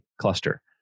cluster